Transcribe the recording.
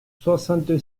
soixante